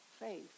faith